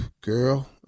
Girl